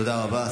תודה רבה.